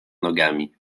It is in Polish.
nogami